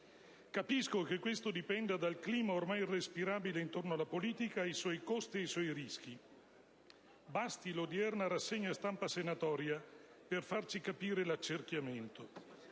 Capisco che questo dipenda dal clima ormai irrespirabile intorno alla politica, ai suoi costi e ai suoi rischi: basti l'odierna rassegna stampa del Senato per farci capire il livello di accerchiamento.